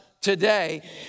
today